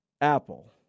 apple